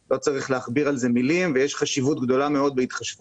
לא צריך להכביר על זה מילים ויש חשיבות גדולה בהתחשבות